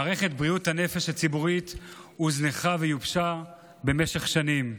מערכת בריאות הנפש הציבורית הוזנחה ויובשה במשך שנים.